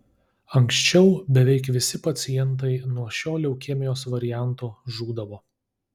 anksčiau beveik visi pacientai nuo šio leukemijos varianto žūdavo